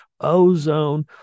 ozone